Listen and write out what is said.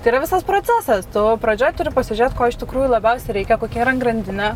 tai yra visas procesas tu pradžioj turi pasižiūrėti ko iš tikrųjų labiausiai reikia kokia yra grandine